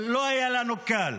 לא היה לנו קל.